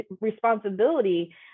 responsibility